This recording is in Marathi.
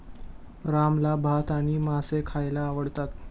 रामला भात आणि मासे खायला आवडतात